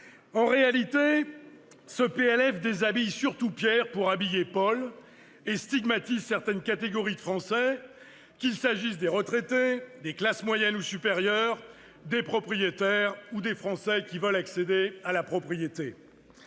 En réalité, ce PLF « déshabille Pierre pour habiller Paul » et stigmatise certaines catégories de Français, qu'il s'agisse des retraités, des classes moyennes ou supérieures, des propriétaires ou des Français qui veulent accéder à la propriété.